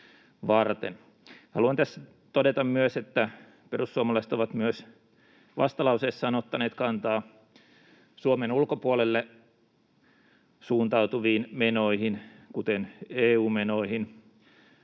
Haluan tässä todeta myös, että perussuomalaiset ovat myös vastalauseessaan ottaneet kantaa Suomen ulkopuolelle suuntautuviin menoihin, kuten EU-menoihin.